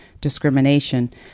discrimination